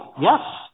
yes